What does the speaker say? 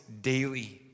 daily